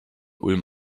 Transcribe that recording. ulm